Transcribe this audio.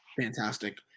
fantastic